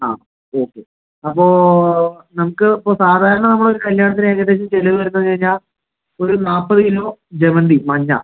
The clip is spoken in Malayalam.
ആ ഓക്കെ അപ്പോൾ നമ്മൾക്ക് ഇപ്പോൾ സാധാരണ നമ്മൾ ഒരു കല്ല്യാണത്തിന് ഏകദേശം ചിലവ് വരുന്നതെന്ന് പറഞ്ഞ് കഴിഞ്ഞാൽ ഒരു നാല്പത് കിലോ ജമന്തി മഞ്ഞ